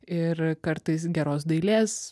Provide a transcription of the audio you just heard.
ir kartais geros dailės